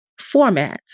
formats